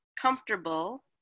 comfortable